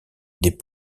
des